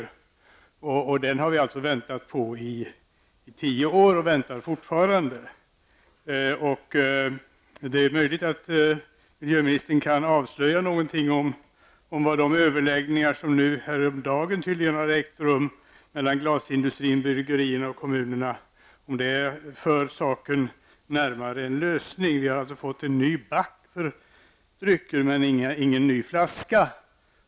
Den har vi väntat på i tio år, och vi väntar fortfarande. Det är möjligt att miljöministern kan avslöja någonting om ifall de överläggningar som tydligen ägde rum häromdagen mellan glasindustrin, bryggerierna och kommunerna för saken närmare en lösning. Vi har fått en ny back för drycker men ingen ny flaska.